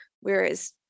Whereas